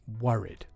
worried